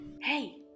Hey